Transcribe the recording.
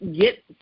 get